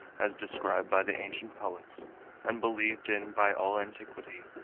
as described by the ancient poets and believed in by all antiquity,